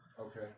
Okay